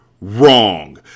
wrong